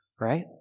right